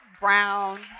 Brown